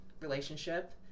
relationship